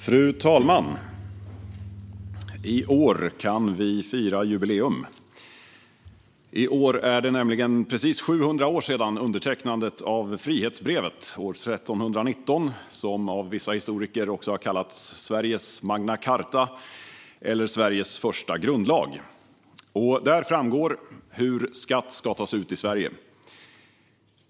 Fru talman! I år kan vi fira jubileum. Det har nämligen gått precis 700 år sedan undertecknandet av frihetsbrevet år 1319, som av vissa historiker också har kallats Sveriges Magna Charta, eller Sveriges första grundlag. Där framgår hur skatt ska tas ut i Sverige.